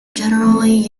generally